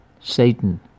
Satan